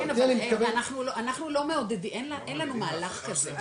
כן, אבל אנחנו לא מעודדים, אין לנו מהלך כזה.